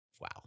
Wow